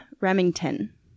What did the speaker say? Remington